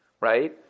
right